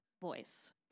voice